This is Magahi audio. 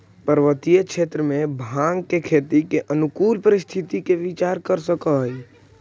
पर्वतीय क्षेत्र में भाँग के खेती के अनुकूल परिस्थिति के विचार कर सकऽ हई